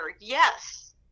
Yes